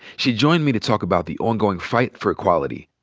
she joined me to talk about the ongoing fight for equality.